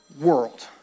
world